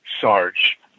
Sarge